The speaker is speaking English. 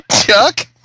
Chuck